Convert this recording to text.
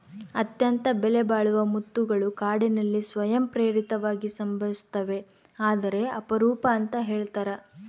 ಅತ್ಯಂತ ಬೆಲೆಬಾಳುವ ಮುತ್ತುಗಳು ಕಾಡಿನಲ್ಲಿ ಸ್ವಯಂ ಪ್ರೇರಿತವಾಗಿ ಸಂಭವಿಸ್ತವೆ ಆದರೆ ಅಪರೂಪ ಅಂತ ಹೇಳ್ತರ